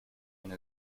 and